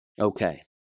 Okay